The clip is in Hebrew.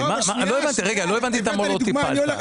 לא הבנתי את ה-לא טיפלת.